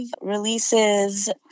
releases